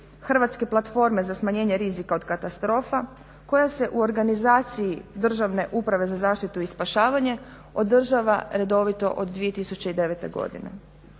Hrvatske platforme za smanjenje rizika od katastrofa koja se u organizaciji Državne uprave za zaštitu i spašavanje održava redovito od 2009. godine.